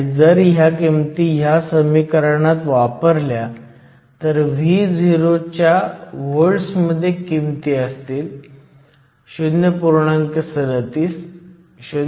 आणि जर ह्या किमती ह्या समीकरणात वापरल्या तर Vo च्या व्होल्ट्स मध्ये किमती असतील 0